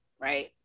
right